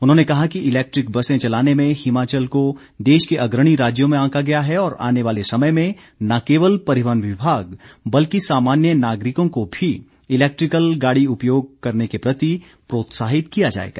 उन्होंने कहा कि इलेक्ट्रिक बसें चलाने में हिमाचल को देश के अग्रणी राज्यों में आंका गया है और आने वाले समय में न केवल परिवहन विभाग बल्कि सामान्य नागरिकों को भी इलेक्ट्रिकल गाड़ी उपयोग करने के प्रति प्रोत्साहित किया जाएगा